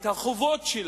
ואת החובות שלה.